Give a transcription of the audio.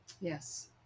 Yes